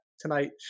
tonight